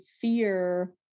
fear